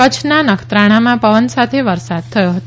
કચ્છીના નખત્રાણામાં પવન સાથે વરસાદ થયો હતો